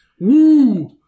Woo